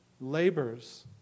labors